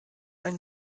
ein